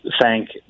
thank